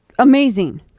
Amazing